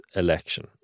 election